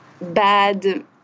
bad